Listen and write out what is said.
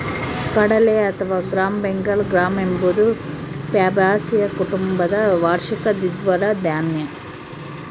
ಕಡಲೆ ಅಥವಾ gram Bengal gram ಎಂಬುದು ಫ್ಯಾಬಾಸಿಯ ಕುಟುಂಬದ ವಾರ್ಷಿಕ ದ್ವಿದಳ ಧಾನ್ಯ